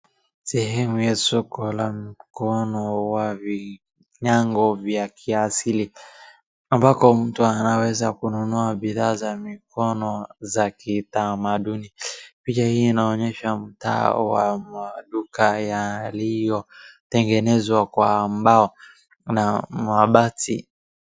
Sehemu ya soko la mkono wa vinyango vya kiasili ambako mtu anaweza kununua bidhaa za mikono za kitamaduni. Picha hii inaonyesha mtaa wa maduka yaliyotengenezwa kwa mbao na mabati.